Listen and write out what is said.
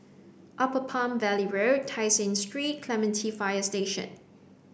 upper Palm Valley Road Tai Seng Street and Clementi Fire Station